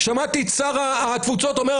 שמעתי את שר התפוצות אומר,